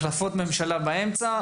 החלפות ממשלה באמצע,